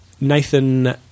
Nathan